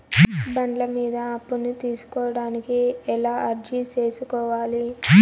బండ్ల మీద అప్పును తీసుకోడానికి ఎలా అర్జీ సేసుకోవాలి?